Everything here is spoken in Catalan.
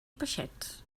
peixets